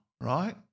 right